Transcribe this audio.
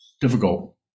Difficult